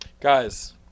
Guys